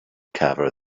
cover